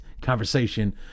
conversation